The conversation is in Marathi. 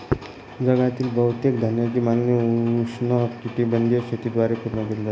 जगातील बहुतेक धान्याची मागणी उष्णकटिबंधीय शेतीद्वारे पूर्ण केली जाते